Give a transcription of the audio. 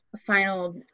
final